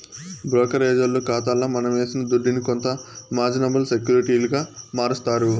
బ్రోకరేజోల్లు కాతాల మనమేసిన దుడ్డుని కొంత మార్జినబుల్ సెక్యూరిటీలుగా మారస్తారు